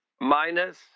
minus